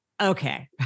Okay